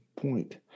point